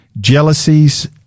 jealousies